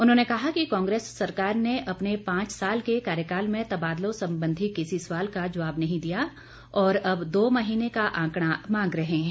उन्होंने कहा कि कांग्रेस सरकार ने अपने पांच साल के कार्यकाल में तबादलों संबंधी किसी सवाल का जवाब नहीं दिया और अब दो महीने का आंकड़ा मांग रहे हैं